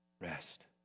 Rest